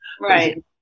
Right